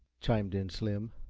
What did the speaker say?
chimed in slim.